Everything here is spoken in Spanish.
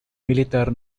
militar